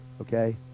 Okay